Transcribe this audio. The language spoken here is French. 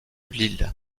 lille